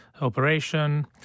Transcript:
operation